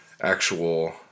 actual